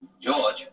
George